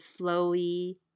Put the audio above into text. flowy